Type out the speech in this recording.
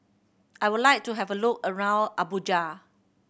I would like to have a look around Abuja